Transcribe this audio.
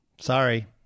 Sorry